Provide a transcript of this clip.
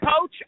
Coach